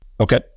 okay